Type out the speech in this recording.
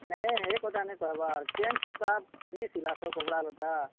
ନାଇଁ ହେଁ ହେ କଥା ନାଇଁ କହେବାର୍ କେନ୍ ସୂତାଥି ସିଲାସ କପଡ଼ା ପଟା